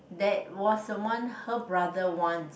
that was one her brother wants